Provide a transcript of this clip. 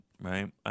right